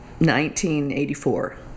1984